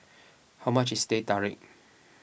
how much is Teh Tarik